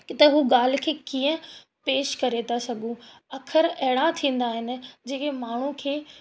किथा उहा ॻाल्हि खे कीअं पेश करे था सघूं अखर अहिड़ा थींदा आहिनि जेके माण्हू खे